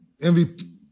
MVP